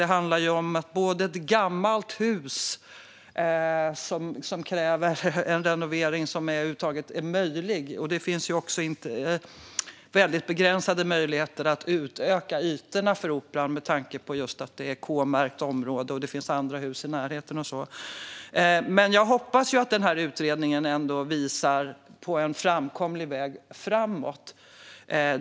Det handlar om ett gammalt hus som kräver renovering, om det över huvud taget är möjligt, och dessutom är möjligheterna begränsade att utöka ytorna med tanke på att det är ett K-märkt område, det finns andra hus i närheten och så vidare. Jag hoppas ändå att utredningen visar på en framkomlig väg framåt.